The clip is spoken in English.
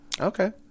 Okay